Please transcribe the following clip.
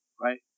right